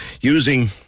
using